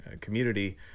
community